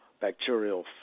bacterial